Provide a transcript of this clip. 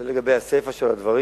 זה לגבי הסיפא של הדברים.